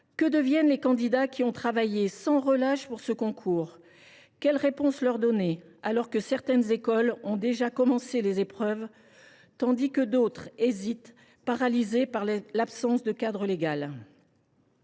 Que deviennent les candidats qui ont travaillé sans relâche pour préparer ces concours ? Quelle réponse leur donner alors que certaines écoles ont déjà commencé les épreuves tandis que d’autres hésitent, paralysées par l’absence de cadre légal ?